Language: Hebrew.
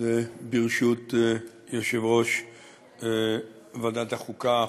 וברשות יושב-ראש ועדת החוקה,